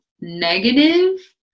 negative